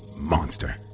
monster